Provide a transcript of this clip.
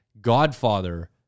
godfather